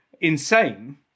insane